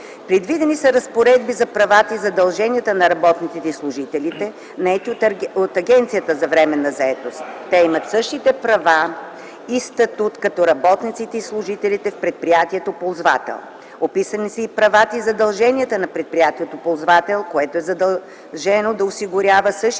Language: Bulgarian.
Предвидени са разпоредби за правата и задълженията на работниците и служителите, наети от агенция за временна заетост. Те имат същите права и статут като работниците и служителите в предприятието ползвател. Описани са и правата, и задълженията на предприятието ползвател, което е задължено да осигурява същите условия